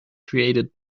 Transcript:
created